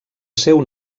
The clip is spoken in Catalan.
seu